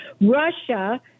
Russia